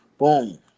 Boom